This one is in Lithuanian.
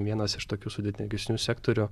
vienas iš tokių sudėtingesnių sektorių